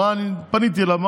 למה אני לא יכולה להגיב לו?